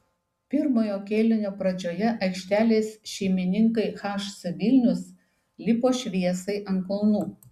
pirmojo kėlinio pradžioje aikštelės šeimininkai hc vilnius lipo šviesai ant kulnų